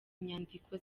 inyandiko